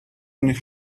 and